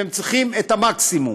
שהם צריכים את המקסימום.